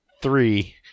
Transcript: three